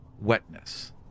wetness